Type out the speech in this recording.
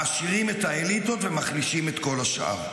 מעשירים את האליטות ומחלישים את כל השאר.